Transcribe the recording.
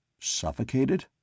Suffocated